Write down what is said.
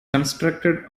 constructed